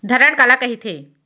धरण काला कहिथे?